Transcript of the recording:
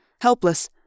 helpless